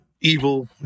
evil